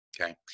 okay